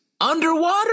underwater